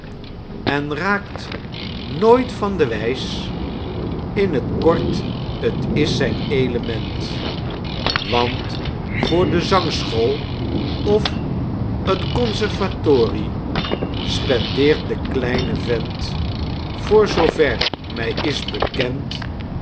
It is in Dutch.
en raakt nooit van de wijs in t kort t is zijn element want voor de zangschool of t conservatorie spendeert de kleine vent voor zoover my is bekend